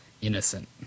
innocent